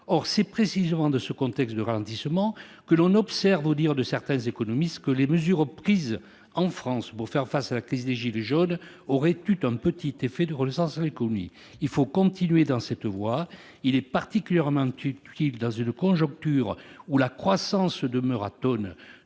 C'est précisément dans ce contexte de ralentissement que l'on observe, aux dires de certains économistes, que les mesures prises pour répondre à la crise des « gilets jaunes » auraient permis un léger effet de relance de l'économie. Il faut continuer dans cette voie. Il est particulièrement utile, dans une conjoncture de croissance atone,